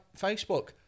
Facebook